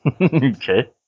Okay